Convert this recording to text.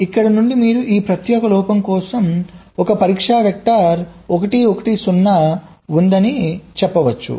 కాబట్టి ఇక్కడ నుండి మీరు ఈ ప్రత్యేక లోపం కోసం ఒకే పరీక్ష వెక్టర్ 1 1 0 ఉందని చెప్పవచ్చు